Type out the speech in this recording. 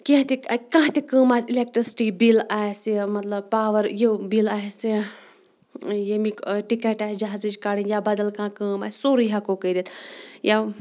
کینٛہہ تہِ کانٛہہ تہِ کٲم آسہِ اِلٮ۪کٹرسِٹی بِل آسہِ مطلب پاوَر یہِ بِل آسہِ ییٚمِکۍ ٹِکَٹ آسہِ جَہازٕچ کَڑٕنۍ یا بَدل کانٛہہ کٲم آسہِ سورُے ہیٚکو کٔرِتھ یا